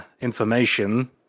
information